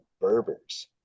berbers